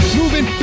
moving